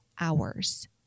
hours